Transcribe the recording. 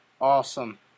awesome